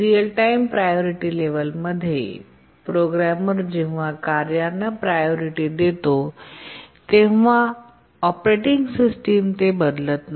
real time priority level मध्ये programmer जेव्हा कार्यांना प्रायोरिटी देतो तेव्हा ऑपरेटिंग सिस्टम ते बदलत नाही